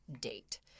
date